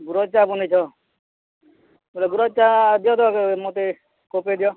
ଗୁରସ୍ ଚାହା ବନେଇଛ ଗୁଟେ ଗୁରସ୍ ଚାହା ଦିଅ ତ ଏବେ ମତେ କପେ ଦିଅ